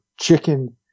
chicken